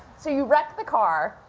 so, you wreck the car.